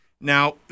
Now